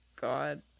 God